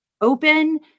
open